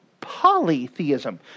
polytheism